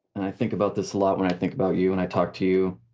think about this a lot when i think about you and i talk to you,